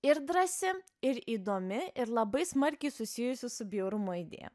ir drąsi ir įdomi ir labai smarkiai susijusi su bjaurumo idėja